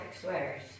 sweaters